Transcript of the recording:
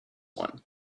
one